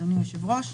אדוני היושב-ראש,